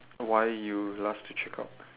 why you last to check out